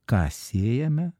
ką sėjame